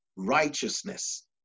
righteousness